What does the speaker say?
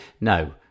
no